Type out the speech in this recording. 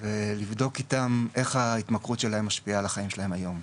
ולבדוק איתם איך ההתמכרות שלהם משפיעה על החיים שלהם היום.